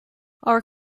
our